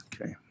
okay